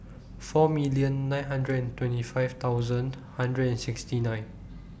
four million nine hundred and twenty five thousand one hundred and sixty nine